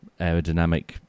aerodynamic